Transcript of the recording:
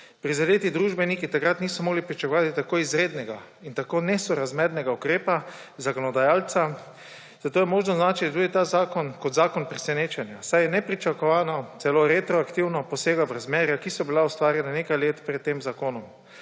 Prizadeti družbeniki takrat niso mogli pričakovati tako izrednega in tako nesorazmernega ukrepa zakonodajalca, zato je možno označiti ta zakon tudi kot zakon presenečenja, saj nepričakovano, celo retroaktivno posega v razmerja, ki so bila ustvarjena nekaj let pred tem zakonom.